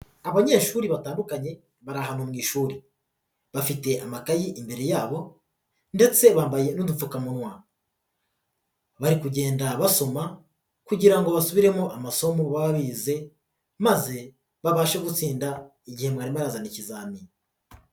Abanyeshuri batandukanye bari ahantu mu ishuri, bafite amakayi imbere yabo ndetse bambaye n'udupfukamunwa, bari kugenda basoma kugira ngo basubiremo amasomo baba bize maze babashe gutsinda igihe mwarimu arazana ikizami.